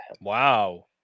wow